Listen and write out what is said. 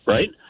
Right